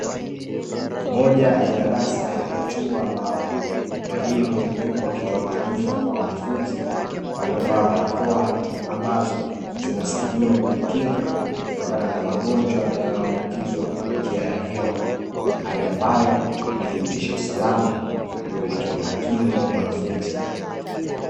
Moja ya darasa la chuo ambalo, mwalimu yupo akitoa maarifa kwa wanafunzi waliovaa barakoa, ambazo zinasaidia kujikinga kutokana na magonjwa yanayoambukizwa kwa njia ya hewa, hali ambayo inathibitisha usalama na kupelekea umakini kwa mwanafunzi.